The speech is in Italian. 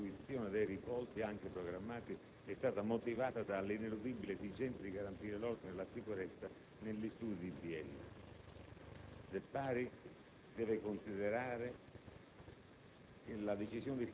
così come la mancata fruizione dei riposi anche programmati, è stata motivata dall'ineludibile esigenza di garantire l'ordine e la sicurezza nell'istituto di Biella. Del pari si deve considerare